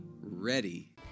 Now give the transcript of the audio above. ready